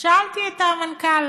שאלתי את המנכ"ל: